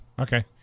Okay